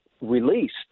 released